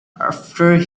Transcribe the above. after